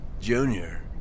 Junior